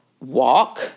walk